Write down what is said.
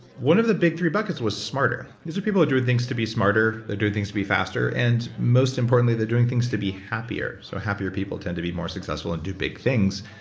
one of the big three buckets was smarter. these are people that are doing things to be smarter, they're doing things to be faster and most importantly they're doing things to be happier so happier people tend to be more successful and do big things,